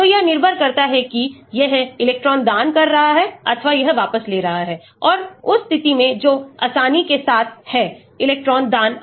तो यह निर्भर करता है कि यह इलेक्ट्रॉन दान कर रहा है अथवा यह वापस ले रहा है और उस स्थिति में जो आसानी के साथ है इलेक्ट्रॉन दान अथवा वापस ले सकता है dissociation constant बदल सकता है